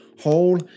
whole